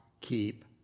keep